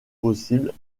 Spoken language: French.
possible